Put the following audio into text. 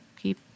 keep